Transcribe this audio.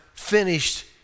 finished